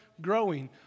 Growing